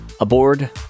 Aboard